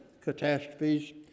catastrophes